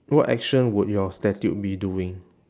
what action would your statue be doing